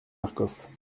marcof